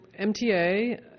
MTA